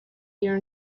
year